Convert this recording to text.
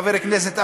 חבר הכנסת אמסלם,